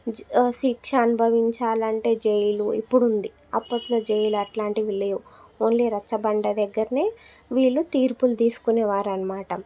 శిక్ష అనుభవించాలంటే జైలు ఇప్పుడు ఉంది అప్పట్లో జైలు అట్లాంటివి లేవు ఓన్లీ రచ్చబండ దగ్గరనే వీళ్ళు తీర్పులు తీసుకునేవారన్నమాట